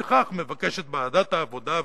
ולפיכך מבקשת ועדת העבודה,